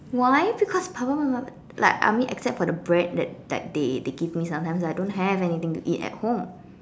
why because papa mama like I mean except for the bread that that day they give me sometimes I don't have anything to eat at home